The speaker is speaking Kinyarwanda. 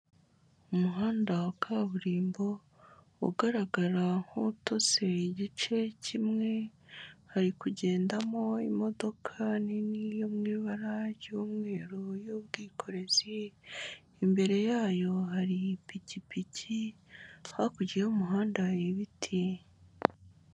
Umuhanda wa kaburimbo ugaragara nk'utose igice kimwe hariku kugendamo imodoka nini yo mu ibara ry'umweru y'ubwikorezi, imbere yayo hari ipikipiki hakurya y'umuhanda hari ibiti.